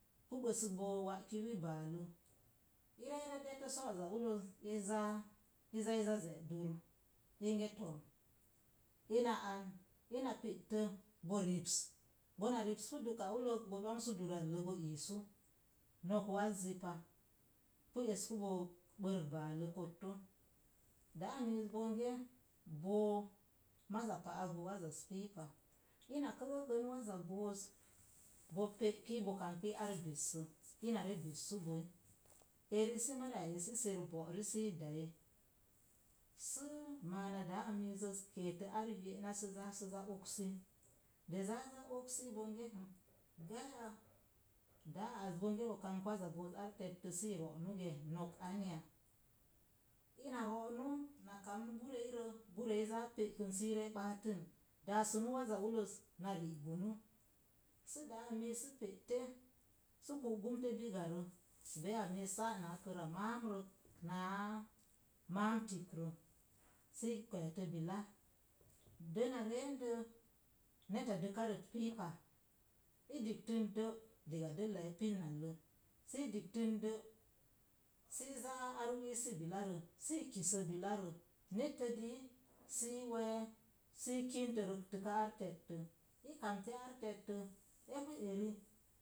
Pu bəsək bo wa'kiwi baalə, irei re detə so'oza ulləz, ezaa i zaai za ze'dur, inge too, inu an ina pe'tə bo rips, bona ripspu duka ullək bo ɗonsu durallə bo iisu, nok wazzi pa, pu eskubo bərk baalə kotto. Daa miiz bonge boo maza pa'ak bo wazaz piipa, ina kəgəkən waza booz, bo pelki bo kangbi ar bissə, ina re bissubow. Eri sə mariya eyi sə ser bo'ri sii daye. Səə, maana daa miizəə keetə ar ye'na sə zaa sə re oksi, de zaa za oksi bənge, m, gaya, daa az bonge bo kangb wazaboozar tettə sii ro'nu gə nok anya. Ina ro'nu na kamu bureirə, burei zaa pe'kən sii re baatən, daasu waza ulləz na rigumu. Sə daa miiz sə pe'te sə kugumte bigarə, beiya miiz sa’ na khəra maam rək naa maam tikrə sii kweeto bila. Dənna reendə, neta dəka rət piipa i digtən də’ diga dəlla epin nallə sii digtən də, sii zaa ar wiisi bilarə sii kisə bilarə. Nittə dii sii wee sii kintə rətəka ar tettə dii sii wee sii kintə rətəka ar tettə, i kamte ar tettə, epu eri